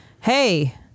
hey